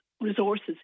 resources